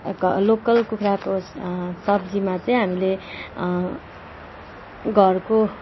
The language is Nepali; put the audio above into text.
लोकल कुखुराको सब्जीमा चाहिँ हामीले घरको